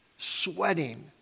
sweating